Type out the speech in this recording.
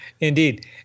Indeed